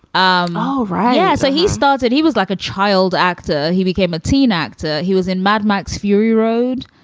um oh, right. yeah so he started he was like a child actor. he became a teen actor. he was in mad max fury road.